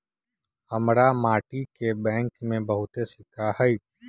हमरा माटि के बैंक में बहुते सिक्का हई